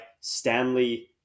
Stanley